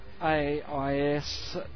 AIS